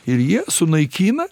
ir jie sunaikina